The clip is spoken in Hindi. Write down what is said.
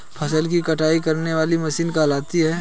फसल की कटाई करने वाली मशीन कहलाती है?